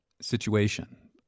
situation